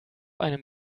einem